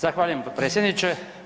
Zahvaljujem potpredsjedniče.